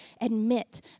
admit